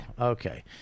Okay